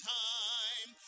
time